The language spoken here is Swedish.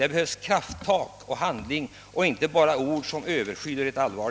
Det behövs krafttag och handling och inte bara ord, som Ööverskyler Jlägets allvar.